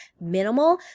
minimal